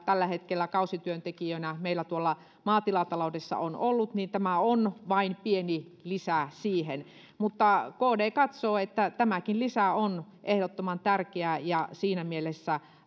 tällä hetkellä kausityöntekijöinä meillä tuolla maatilataloudessa ovat olleet niin tämä on vain pieni lisä siihen mutta kd katsoo että tämäkin lisä on ehdottoman tärkeä ja siinä mielessä